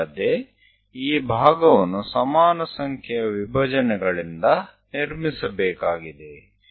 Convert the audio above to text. ಇದಲ್ಲದೆ ಈ ಭಾಗವನ್ನು ಸಮಾನ ಸಂಖ್ಯೆಯ ವಿಭಜನೆಗಳಿಂದ ನಿರ್ಮಿಸಬೇಕಾಗಿದೆ